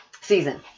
season